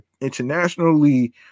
internationally